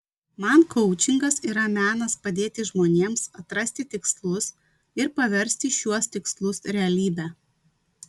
man koučingas yra menas padėti žmonėms atrasti tikslus ir paversti šiuos tikslus realybe